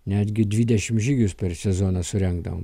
netgi dvidešimt žygius per sezoną surengdavom